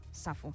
Safo